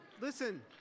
Listen